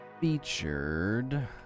featured